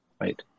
Right